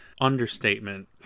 understatement